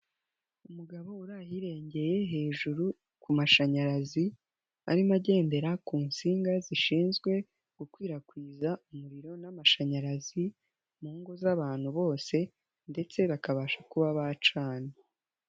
Umugabo uri ahirengeye hejuru ku mashanyarazi, arimo agendera ku nsinga zishinzwe gukwirakwiza umuriro n'amashanyarazi mu ngo z'abantu bose ndetse bakabasha kuba bacana.